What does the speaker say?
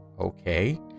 okay